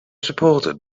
supported